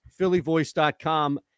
phillyvoice.com